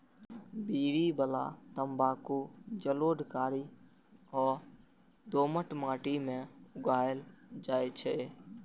बीड़ी बला तंबाकू जलोढ़, कारी आ दोमट माटि मे उगायल जाइ छै